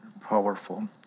powerful